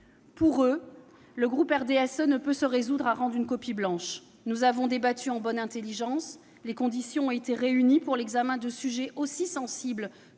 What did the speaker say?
Pour eux, le groupe RDSE ne peut se résoudre à rendre une copie blanche. Nous avons débattu en bonne intelligence. Les conditions ont été réunies pour l'examen de sujets aussi sensibles